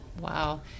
Wow